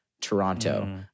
Toronto